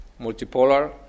multipolar